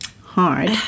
hard